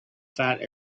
fat